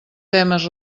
temes